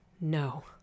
No